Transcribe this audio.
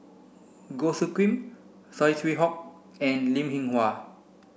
Goh Soo Khim Saw Swee Hock and Linn In Hua